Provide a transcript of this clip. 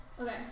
Okay